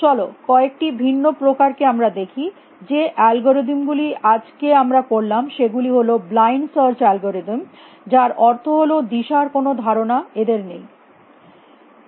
চলো কয়েকটি ভিন্ন প্রকার কে আমরা দেখি যে অ্যালগরিদম গুলি আজকে আমরা করলাম সে গুলি হল ব্লাইন্ড সার্চ অ্যালগরিদম যার অর্থ হল দিশার কোনো ধারণা এদের নেই এরা সবসময়